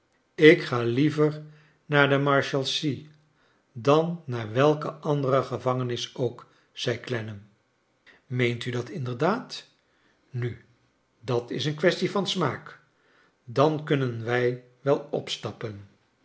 ik ga liever naar de marshalsea dan naar welke andere gevangenis ook zei clennam meent u dat inderdaad nu dat is een kwestie van smaak dan kunnen wij wel opstappen